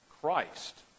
Christ